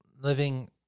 living